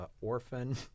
Orphan